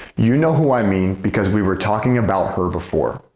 you know who i mean because we were talking about her before.